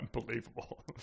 unbelievable